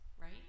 right